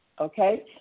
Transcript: Okay